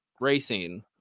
racing